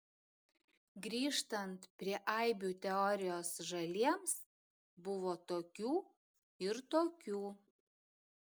grįžtant prie aibių teorijos žaliems buvo tokių ir tokių